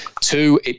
two